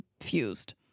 fused